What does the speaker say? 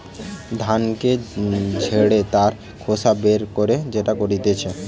ধানকে ঝেড়ে তার খোসা বের করে যেটা করতিছে